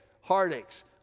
heartaches